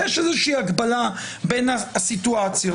יש איזושהי הקבלה בין הסיטואציות.